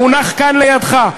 המונח כאן לידך,